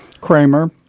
Kramer